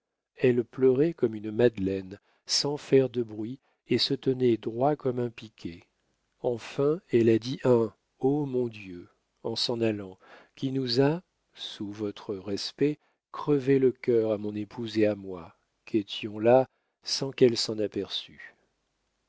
elle pleurait comme une madeleine sans faire de bruit et se tenait droit comme un piquet enfin elle a dit un o mon dieu en s'en allant qui nous a sous votre respect crevé le cœur à mon épouse et à moi qu'étions là sans qu'elle s'en aperçût